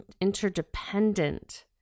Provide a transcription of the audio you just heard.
interdependent